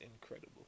incredible